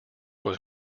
was